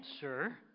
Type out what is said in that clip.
sir